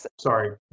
Sorry